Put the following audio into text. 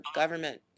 government